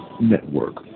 Network